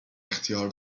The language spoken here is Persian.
اختیار